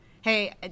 Hey